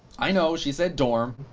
i know, she said dorm.